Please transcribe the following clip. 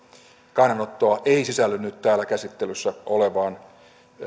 kannanottoa ei sisälly nyt täällä käsittelyssä olevaan